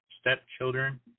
stepchildren